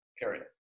period